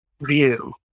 view